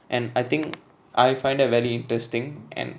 and I think I find it very interesting and